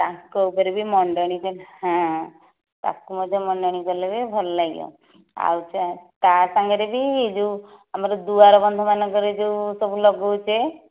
ତାଙ୍କ ଉପରେ ବି ମଣ୍ଡନି ହଁ ତାକୁ ମଧ୍ୟ ମଣ୍ଡନି କଲେ ବି ଭଲ ଲାଗିବ ଆଉ ତା ସାଙ୍ଗରେ ବି ଯେଉଁ ଆମର ଦୁଆର ବନ୍ଧମାନଙ୍କରେ ଯେଉଁ ସବୁ ଲଗାଉଛେ